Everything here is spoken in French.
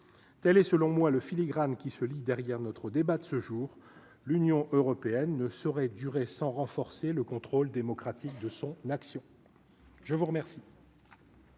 telle est selon moi le filigrane qui se lit derrière notre débat de ce jour, l'Union européenne ne saurait durer 100 renforcer le contrôle démocratique de son action, je vous remercie.